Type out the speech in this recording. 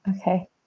Okay